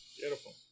Beautiful